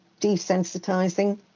desensitizing